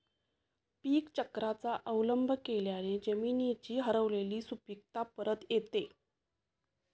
पीकचक्राचा अवलंब केल्याने जमिनीची हरवलेली सुपीकता परत येते